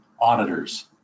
auditors